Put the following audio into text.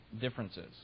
differences